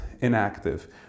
inactive